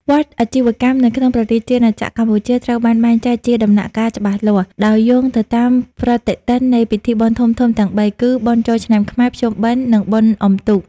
វដ្តអាជីវកម្មនៅក្នុងព្រះរាជាណាចក្រកម្ពុជាត្រូវបានបែងចែកជាដំណាក់កាលច្បាស់លាស់ ដោយយោងទៅតាមប្រតិទិននៃពិធីបុណ្យធំៗទាំងបីគឺ បុណ្យចូលឆ្នាំខ្មែរ ភ្ជុំបិណ្ឌ និងបុណ្យអុំទូក។